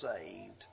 saved